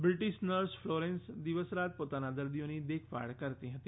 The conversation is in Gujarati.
બ્રિટિશ નર્સ ફ્લોરેન્સ દિવસ રાત પોતાના દર્દીઓની દેખભાળ કરતી હતી